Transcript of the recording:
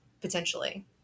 potentially